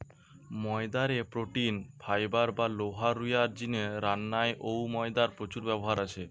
ময়দা রে protein, fibre বা লোহা রুয়ার জিনে রান্নায় অউ ময়দার প্রচুর ব্যবহার আছে